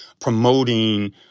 promoting